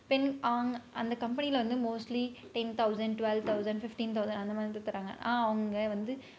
பெண் ஆங் அந்த கம்பெனியில் வந்து mostly ten thousand twelve thousand fifteen thousand அந்த மாதிரி இது தராங்க ஆ அவங்க வந்து